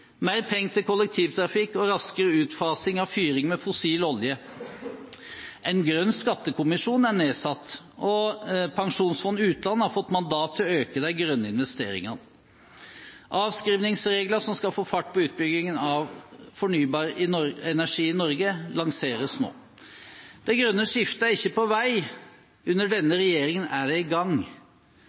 mer penger til kollektivtrafikk og raskere utfasing av fyring med fossil olje. En grønn skattekommisjon er nedsatt, og Statens pensjonsfond utland har fått mandat til å øke de grønne investeringene. Avskrivningsregler som skal få fart på utbyggingen av fornybar energi i Norge, lanseres nå. Det grønne skiftet er ikke på vei – under denne regjeringen er det i gang.